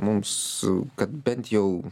mums kad bent jau